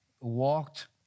Walked